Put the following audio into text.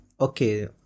Okay